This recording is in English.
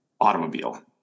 automobile